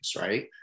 right